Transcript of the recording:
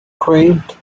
quaint